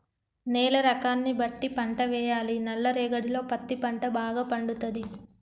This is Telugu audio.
నేల రకాన్ని బట్టి పంట వేయాలి నల్ల రేగడిలో పత్తి పంట భాగ పండుతది